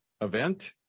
event